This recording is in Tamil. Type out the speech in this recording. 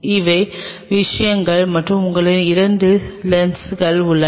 இவை விஷயங்கள் மற்றும் உங்களிடம் இரண்டு லென்ஸ்கள் உள்ளன